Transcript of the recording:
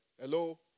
Hello